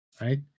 right